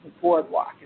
boardwalk